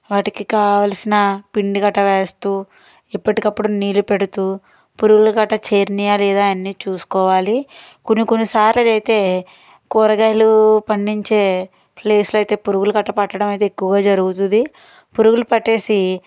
వాటికి కావలసిన పిండి గట్ర వేస్తూ ఎప్పుటికప్పుడు నీరు పెడుతూ పురుగులు గట్ర చేరాయా లేదా అన్నీ చూసుకోవాలి కొన్నికొన్ని సార్లు అదైతే కూరగాయలు పండించే ప్లేస్లో అయితే పురుగులు గట్ర పట్టడం అయితే ఎక్కువగా జరుగుతుంది పురుగులు పట్టేసి